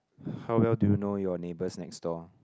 how well do you know your neighbours next door